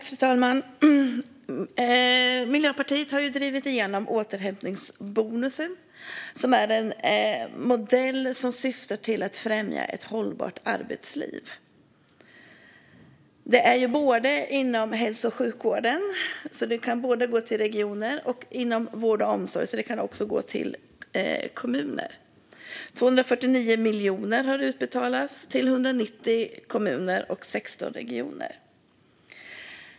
Fru talman! Miljöpartiet har drivit igenom återhämtningsbonusen, som är en modell som syftar till att främja ett hållbart arbetsliv. Den gäller både inom hälso och sjukvården och inom vård och omsorg och kan gå till både regioner och kommuner. Det har utbetalats 249 miljoner till 190 kommuner och 16 regioner.